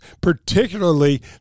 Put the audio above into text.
particularly